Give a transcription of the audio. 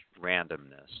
randomness